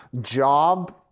job